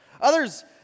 Others